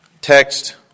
text